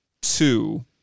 two